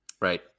Right